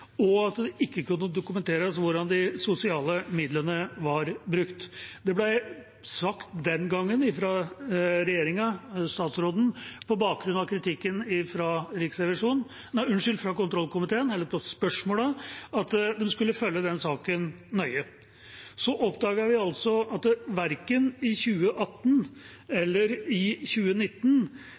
og at det ikke kunne dokumenteres hvordan de sosiale midlene var brukt. Det ble sagt den gangen av statsråden på bakgrunn av kritikken eller spørsmålene fra kontrollkomiteen at de skulle følge den saken nøye. Så oppdaget vi at verken i 2018 eller 2019 – i hvert fall ikke i 2019